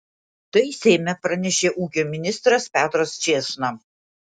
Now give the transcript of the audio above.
tai seime pranešė ūkio ministras petras čėsna